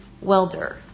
welder